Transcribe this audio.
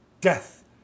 death